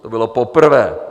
To bylo poprvé.